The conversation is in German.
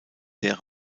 sehr